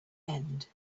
end